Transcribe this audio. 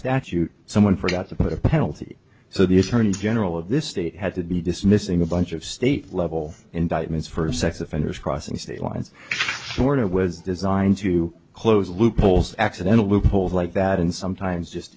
statute someone forgot to put a penalty so the attorney general of this state had to be dismissing a bunch of state level indictments for sex offenders crossing state lines sure it was designed to close loopholes accidental loopholes like that and sometimes just